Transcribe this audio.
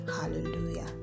Hallelujah